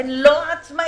הן לא עצמאיות.